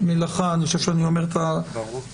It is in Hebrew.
ברוך שניר,